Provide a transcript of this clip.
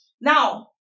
Now